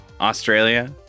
Australia